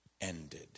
ended